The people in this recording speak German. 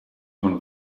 von